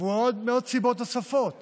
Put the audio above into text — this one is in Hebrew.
ומעוד סיבות נוספות